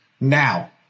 now